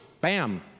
Bam